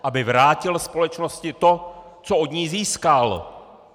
Aby vrátil společnosti to, co od ní získal!